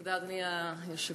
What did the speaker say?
תודה, אדוני היושב-ראש.